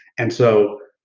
and so,